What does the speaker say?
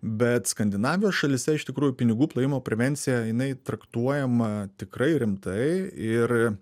bet skandinavijos šalyse iš tikrųjų pinigų plovimo prevencija jinai traktuojama tikrai rimtai ir